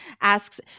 asks